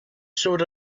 sort